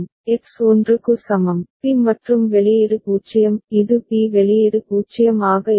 X 1 க்கு சமம் b மற்றும் வெளியீடு 0 இது b வெளியீடு 0 ஆக இருக்கும்